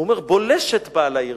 הוא אומר: בולשת באה לעיר,